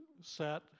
set